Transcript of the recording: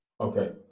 Okay